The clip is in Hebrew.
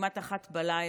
כמעט 01:00,